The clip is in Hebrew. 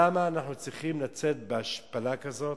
למה אנחנו צריכים לצאת בהשפלה כזאת